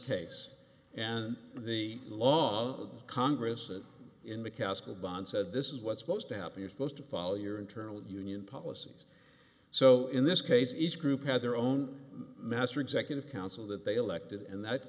case and the law of congress in mccaskill bond said this is what supposed to happen you're supposed to follow your internal union policies so in this case each group had their own master executive council that they elected and that